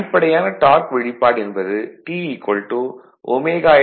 அடிப்படையான டார்க் வெளிப்பாடு என்பது T ωsPG